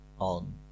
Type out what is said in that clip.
on